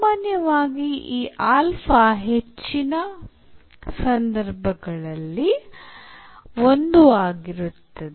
ಸಾಮಾನ್ಯವಾಗಿ ಈ ಆಲ್ಫಾ ಅಲ್ಲಿನ ಹೆಚ್ಚಿನ ಸಂದರ್ಭಗಳಲ್ಲಿ 1 ಆಗಿರುತ್ತದೆ